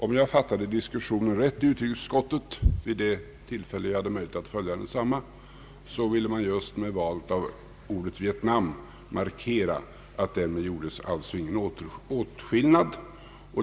Om jag fattade diskussionen rätt i utrikesutskottet vid det tillfälle då jag hade möjlighet att följa densamma, verkade det som om man genom att just välja ordet Vietnam ville markera att det därmed inte gjordes någon åtskillnad.